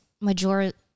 majority